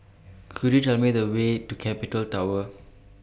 Could YOU Tell Me The Way to Capital Tower